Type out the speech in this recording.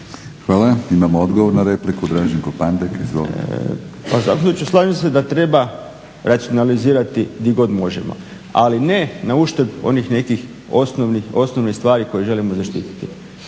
Hvala. Imamo odgovor na repliku Dražen Kopandek, izvolite. **Pandek, Draženko (SDP)** Pa zastupniče slažem se da treba racionalizirati gdje god možemo, ali ne na uštrb onih nekih osnovnih stvari koje želimo zaštititi.